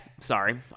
sorry